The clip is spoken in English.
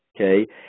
okay